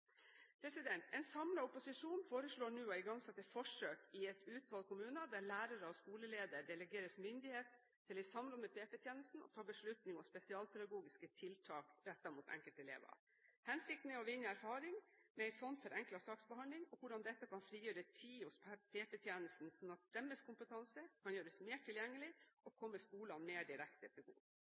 En samlet opposisjon foreslår nå å igangsette forsøk i utvalgte kommuner, der lærere og skoleledere delegeres myndighet til i samråd med PP-tjenesten å ta beslutning om spesialpedagogiske tiltak rettet mot enkeltelever. Hensikten med slik forenklet saksbehandling er å vinne erfaring og å se hvordan dette kan frigjøre tid hos PP-tjenesten, slik at deres kompetanse kan gjøres mer tilgjengelig og komme skolene mer direkte til